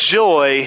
joy